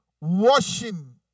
washing